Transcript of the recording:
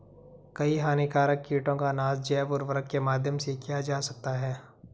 कई हानिकारक कीटों का नाश जैव उर्वरक के माध्यम से किया जा सकता है